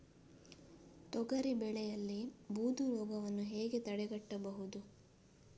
ತೊಗರಿ ಬೆಳೆಯಲ್ಲಿ ಬೂದು ರೋಗವನ್ನು ಹೇಗೆ ತಡೆಗಟ್ಟಬಹುದು?